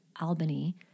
Albany